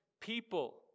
people